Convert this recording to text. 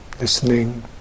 Listening